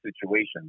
situations